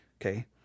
Okay